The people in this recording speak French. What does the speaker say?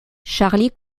charlie